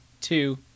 Two